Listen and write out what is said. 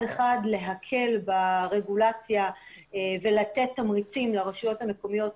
אחד להקל ברגולציה ולתת תמריצים לרשויות המקומיות,